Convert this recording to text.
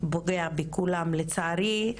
לצערי,